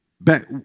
Back